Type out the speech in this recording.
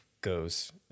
goes